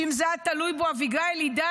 שאם זה היה תלוי בו אביגיל עידן,